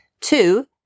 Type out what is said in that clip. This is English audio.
Two